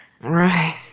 Right